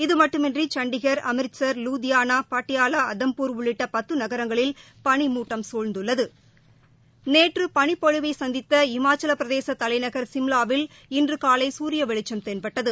இதுமட்டுமின்றி சண்டிகர் அமரித்சர் லூதியானா பாட்டியாலா அதம்பூர் உள்ளிட்ட பத்து நகரங்களில் பனி மூட்டம் சூழ்ந்துள்ளது நேற்று பனிப்பொழிவை சந்தித்த இமாச்சலப்பிரதேச தலைநகர் சிம்லாவில் இன்று காலை சூரிய வெளிச்சம் தென்பட்டது